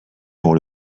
pour